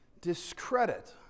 discredit